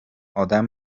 ادم